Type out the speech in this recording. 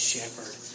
Shepherd